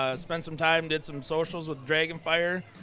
ah spent some time, did some socials with dragon fire.